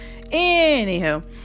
Anywho